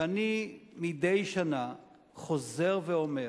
ואני מדי שנה חוזר ואומר: